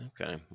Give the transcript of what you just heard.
Okay